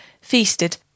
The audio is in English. feasted